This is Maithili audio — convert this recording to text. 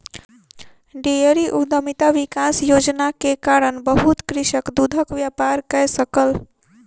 डेयरी उद्यमिता विकास योजना के कारण बहुत कृषक दूधक व्यापार कय सकल